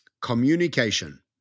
communication